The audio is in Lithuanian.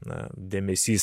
na dėmesys